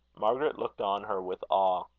margaret looked on her with awe.